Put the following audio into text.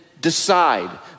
decide